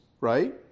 right